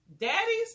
daddies